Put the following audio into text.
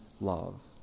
love